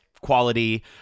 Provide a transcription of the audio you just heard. quality